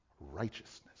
righteousness